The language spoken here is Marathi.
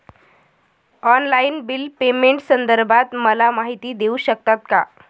ऑनलाईन बिल पेमेंटसंदर्भात मला माहिती देऊ शकतात का?